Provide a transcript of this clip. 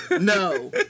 No